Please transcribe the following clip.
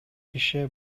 ишине